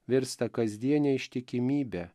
virsta kasdiene ištikimybe